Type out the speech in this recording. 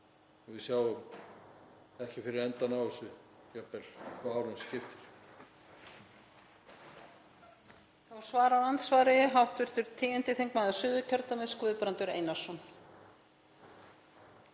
við sjáum ekki fyrir endann á þessu jafnvel svo árum skiptir?